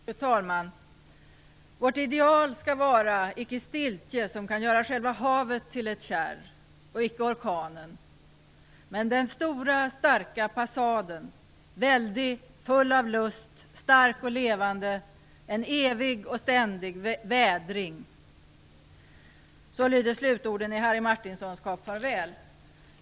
Fru talman! Vårt ideal skall vara icke stiltje som kan göra själva havet till ett kärr och icke orkanen, men den stora starka passaden, väldig, full av lust, stark och levande, en evig och ständig vädring. Så lyder slutorden i Harry Martinsons Kap Farväl.